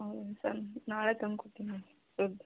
ನಾಳೆ ತಂದ್ಕೊಡ್ತೀನಿ ಇದು